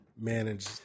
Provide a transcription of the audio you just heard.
manage